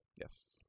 Yes